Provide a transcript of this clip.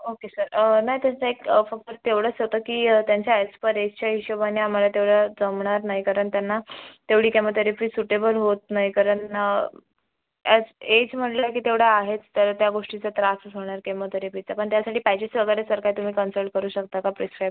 okay sir नाही त्यांचं एक फक्त तेवढंच होतं की त्यांच्या अॅज पर एजच्या हिशोबाने आम्हाला तेवढं जमणार नाही कारण त्यांना तेवढी केमोथेरपी सुटेबल होत नाही कारण अॅज एज म्हणलं की तेवढं आहेच तर त्या गोष्टीचा त्रासच होणार केमोथेरपीचा पण त्यासाठी पॅजेस वगैरे सर काय तुम्ही कन्सल्ट करू शकता का प्रिस्काईब